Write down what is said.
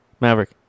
Maverick